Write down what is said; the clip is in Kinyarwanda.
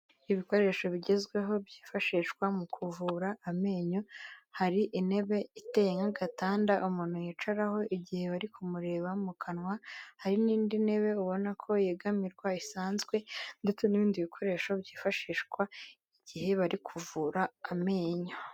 Ibikoresho bigezweho byifashishwa mu kuvura amenyo, hari intebe iteye nk'agatanda umuntu yicaraho igihe bari kumureba mu kanwa hari n'indi ntebe ubona ko yegamirwa isanzwe ndetse n'ibindi bikoresho byifashishwa igihe bari kuvura amenyo.